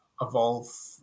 evolve